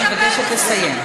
אני מבקשת לסיים.